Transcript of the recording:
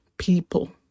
People